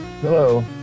Hello